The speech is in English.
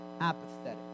apathetic